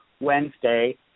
Wednesday